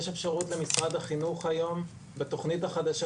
יש אפשרות למשרד החינוך היום בתכנית החדשה